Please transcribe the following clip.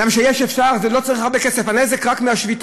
לא צריך הרבה כסף, הנזק רק מהשביתה,